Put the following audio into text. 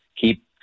keep